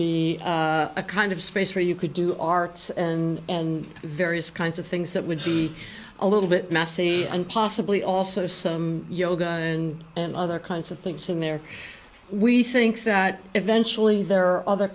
be a kind of space where you could do arts and various kinds of things that would be a little bit messy and possibly also some yoga and and other kinds of things in there we think that eventually there are other